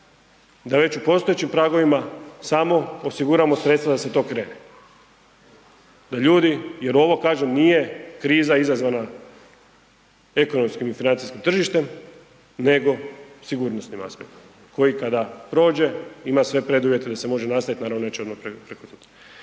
da već u postojećim pragovima samo osiguramo sredstva da se to krene, da ljudi, jer ovo kažem nije kriza izazvana ekonomskim i financijskim tržištem nego sigurnosnim aspektima koji kada prođe ima sve preduvjete da se može nastavit, naravno neće odmah prekosutra.